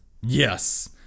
yes